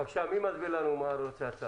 מי מסביר לנו על הצו?